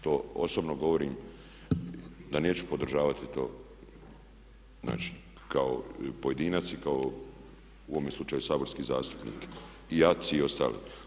To osobno govorim da neću podržavati to, znači kao pojedinac i kao u ovome slučaju saborski zastupnik i ACI i ostali.